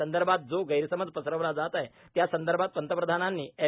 संदर्भात जो गैरसमज पसरविला जात आहे त्यासंदर्भात पंतप्रधानांनी एम